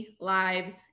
lives